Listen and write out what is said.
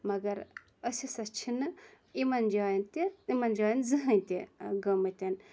مگر أسۍ ہَسا چھِنہٕ یِمَن جایَن تہِ یِمَن جایَن زٕہٕنۍ تہِ گٔمٕتۍ